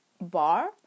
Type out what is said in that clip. bar